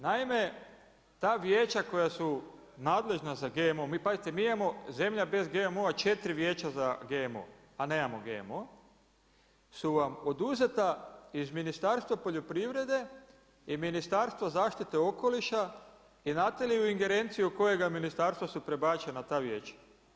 Naime, ta vijeća koja su nadležna za GMO, pazite mi imamo zemlja bez GMO-a četiri vijeća za GMO, a nemamo GMO su vam oduzeta iz Ministarstva poljoprivrede i Ministarstvo zaštite okoliša i znate li u ingerenciju kojega ministarstva su prebačena ta vijeća?